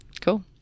cool